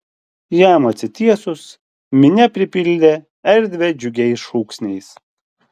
jam atsitiesus minia pripildė erdvę džiugiais šūksniais